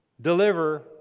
deliver